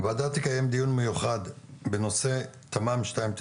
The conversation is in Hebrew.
הוועדה תקיים דיון מיוחד בנושא תמ"מ 2/